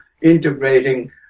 integrating